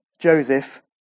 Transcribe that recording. Joseph